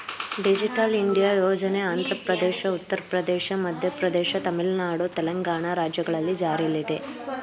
digital India ಯೋಜನೆ ಆಂಧ್ರಪ್ರದೇಶ, ಉತ್ತರ ಪ್ರದೇಶ, ಮಧ್ಯಪ್ರದೇಶ, ತಮಿಳುನಾಡು, ತೆಲಂಗಾಣ ರಾಜ್ಯಗಳಲ್ಲಿ ಜಾರಿಲ್ಲಿದೆ